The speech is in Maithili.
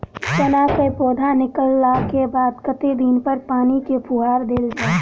चना केँ पौधा निकलला केँ बाद कत्ते दिन पर पानि केँ फुहार देल जाएँ?